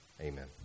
Amen